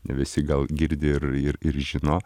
ne visi gal girdi ir ir ir žino